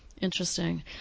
Interesting